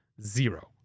Zero